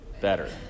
better